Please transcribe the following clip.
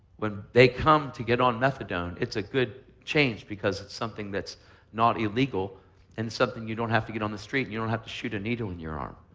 when they come to get on methadone, it's a good change because it's something that not illegal and something you don't have to get on the street, and you don't have to shoot a needle in your arm.